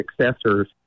successors